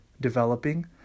developing